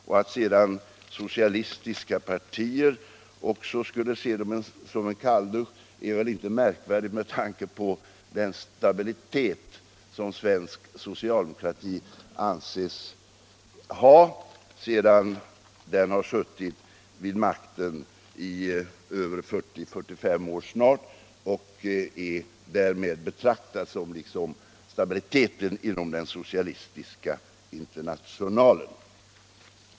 Och att sedan också socialdemokratiska partier på andra håll skulle känna det som en kalldusch är väl inte så märkvärdigt med tanke på den stabilitet som svensk socialdemokrati anses ha efter att ha suttit vid makten i snart 45 år. Därmed anses den representera stabiliteten inom den socialistiska internationalen.